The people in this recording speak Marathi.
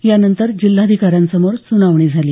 यानंतर जिल्हाधिकाऱ्यांसमोर सुनावणी झाली